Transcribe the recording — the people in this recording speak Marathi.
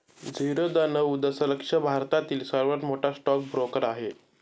झिरोधा नऊ दशलक्ष भारतातील सर्वात मोठा स्टॉक ब्रोकर आहे